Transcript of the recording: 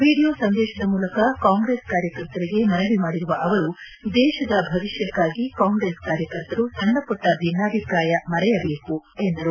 video ಸಂದೇಶದ ಮೂಲಕ Congress ಕಾರ್ಯಕರ್ತರಿಗೆ ಮನವಿ ಮಾಡಿರುವ ಅವರು ದೇಶದ ಭವಿಷ್ಕಕ್ಕಾಗಿ ಕಾಂಗ್ರೆಸ್ ಕಾರ್ಯಕರ್ತರು ಸಣ್ಣಮಟ್ಟ ಭಿನ್ನಾಭಿಪ್ರಾಯ ಮರೆಯಬೇಕು ಎಂದರು